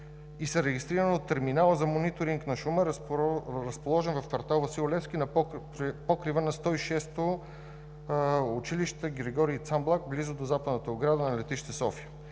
и са регистрирани от терминала за мониторинг на шума, разположен в квартал „Васил Левски“ на покрива на 106 училище „Григорий Цамблак“, близо до западната ограда на летище София.